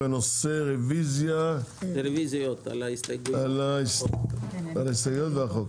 בנושא הרוויזיה על ההסתייגויות והחוק